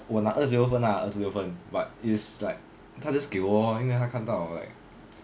我拿二十六分啦二十六分 but it's like 他 just 给我 lor 因为他看到 like